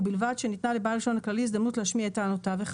ובלבד שניתנה לבעל הרישיון הכללי הזדמנות להשמיע את טענותיו: